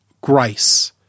grace